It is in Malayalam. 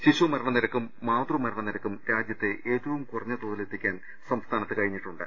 ശിശുമരണ നിരക്കും മാതൃ മരണ നിരക്കും രാജ്യത്തെ ഏറ്റവും കുറഞ്ഞ തോതിലെത്തിക്കാൻ സംസ്ഥാന ത്തിന് കഴിഞ്ഞിട്ടുണ്ട്